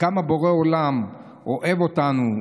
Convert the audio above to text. וכמה בורא עולם אוהב אותנו,